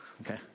okay